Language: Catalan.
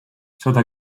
sota